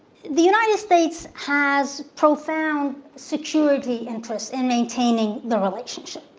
the united states has profound security interests in maintaining the relationship.